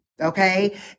okay